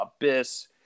Abyss